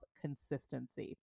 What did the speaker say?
consistency